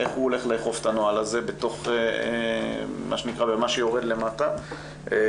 איך הוא הולך לאכוף את הנוהל הזה במה שיורד למטה ומצליח